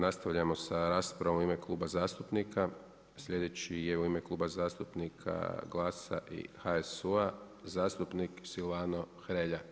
Nastavljamo sa raspravom u ime kluba zastupnika, slijedeći je u ime Kluba zastupnika GLASA-a i HSU-a zastupnik Silvano Hrelja.